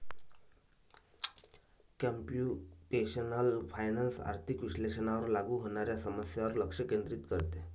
computational finance आर्थिक विश्लेषणावर लागू होणाऱ्या समस्यांवर लक्ष केंद्रित करते